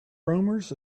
rumors